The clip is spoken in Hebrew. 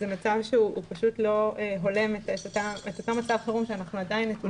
זה מצב שהוא פשוט לא הולם את אותו מצב חירום שאנחנו עדיין נתונים בו.